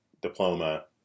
diploma